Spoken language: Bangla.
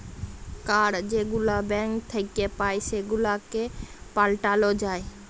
কাড় যেগুলা ব্যাংক থ্যাইকে পাই সেগুলাকে পাল্টাল যায়